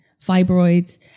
fibroids